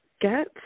get